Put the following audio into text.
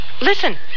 Listen